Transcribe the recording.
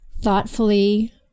thoughtfully